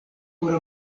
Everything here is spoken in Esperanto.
por